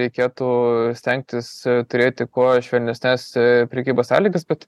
reikėtų stengtis turėti kuo švelnesnes prekybos sąlygas bet